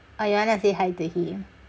oh you wanna say hi to him